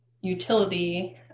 utility